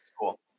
Cool